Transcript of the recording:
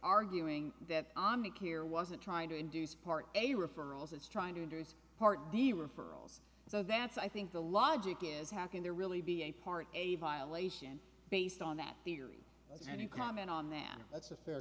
arguing that ami care wasn't trying to induce part a referrals it's trying to induce part the referrals so that's i think the logic is how can there really be a part a violation based on that theory and you comment on that that's a fair